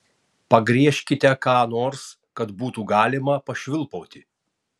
pagriežkite ką nors kad būtų galima pašvilpauti